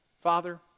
Father